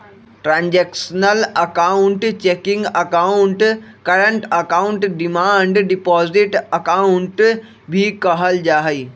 transactional account checking account, current account, demand deposit account भी कहल जाहई